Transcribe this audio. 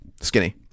skinny